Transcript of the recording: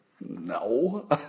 No